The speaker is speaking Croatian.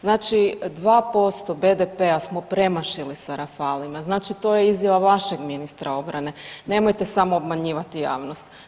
Znači 2% BDP-a smo premašili sa Rafaelima, znači to je izjava vašeg ministra obrane, nemojte samo obmanjivati javnost.